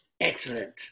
Excellent